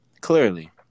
clearly